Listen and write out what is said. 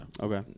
Okay